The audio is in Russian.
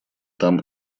там